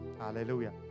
Hallelujah